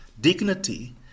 dignity